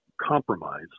compromise